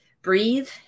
breathe